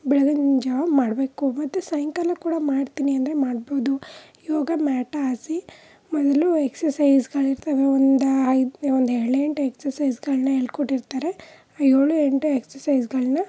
ಬೆಳಗಿನ ಜಾವ ಮಾಡಬೇಕು ಮತ್ತು ಸಾಯಂಕಾಲ ಕೂಡ ಮಾಡ್ತೀನಿ ಅಂದರೆ ಮಾಡ್ಬೋದು ಯೋಗ ಮ್ಯಾಟ್ ಹಾಸಿ ಮೊದಲು ಎಕ್ಸಸೈಸ್ಗಳಿರ್ತಾವೆ ಒಂದು ಐದು ಒಂದು ಏಳೆಂಟು ಎಕ್ಸಸೈಸ್ಗಳನ್ನು ಹೇಳ್ಕೊಟ್ಟಿರ್ತಾರೆ ಆ ಏಳು ಎಂಟು ಎಕ್ಸಸೈಸ್ಗಳನ್ನು